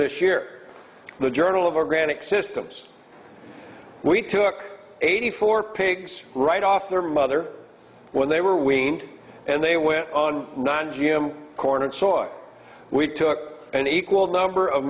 this year the journal of organic systems we took eighty four pigs right off their mother when they were weaned and they went on not g m corn and soy we took an equal number of